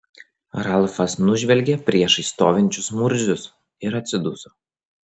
ralfas nužvelgė priešais stovinčius murzius ir atsiduso